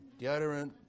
deodorant